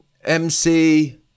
MC